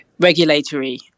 regulatory